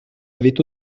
avait